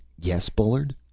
yes, bullard?